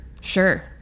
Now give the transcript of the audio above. Sure